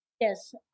Yes